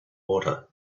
water